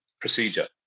procedure